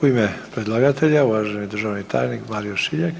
U ime predlagatelja uvaženi državni tajnik Mario Šiljeg.